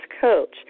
Coach